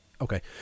Okay